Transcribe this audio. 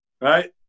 right